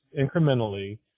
incrementally